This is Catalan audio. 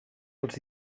els